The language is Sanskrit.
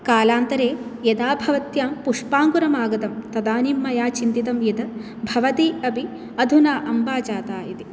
कालान्तरे यदा भवत्यां पुष्पाङ्कुरम् आगतं तदानीं मया चिन्तितं यत् भवती अपि अधुना अम्बा जाता इति